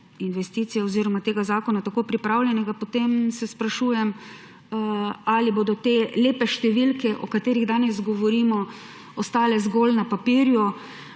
investicij oziroma tega zakona tako pripravljenega, potem se sprašujem, ali bodo te lepe številke, o katerih danes govorimo, ostale zgolj na papirju.